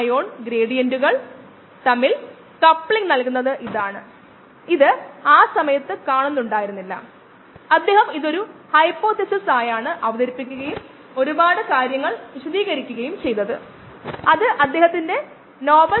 അതിനാൽ നിറമില്ലാത്ത കോശങ്ങളുടെ എണ്ണം കണക്കാക്കുകയും മൊത്തം കോശങ്ങളുടെ എണ്ണം കണക്കാക്കുകയും ചെയ്യുന്നതിലൂടെ നമുക്ക് നേരിട്ടുള്ള അളവുകളിൽ നിന്ന് ശതമാനം പ്രവർത്തനക്ഷമതയോ അല്ലെങ്കിൽ പ്രായോഗിക കോശങ്ങളുടെ സാന്ദ്രതയോ ആകാം